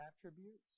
attributes